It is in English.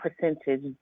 percentage